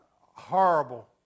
horrible